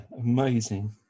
amazing